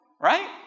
Right